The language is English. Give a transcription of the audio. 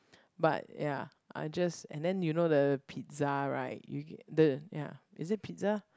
but ya I just and then you know the pizza right you ge~ the ya is it pizza